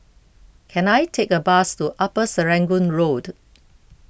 can I take a bus to Upper Serangoon Road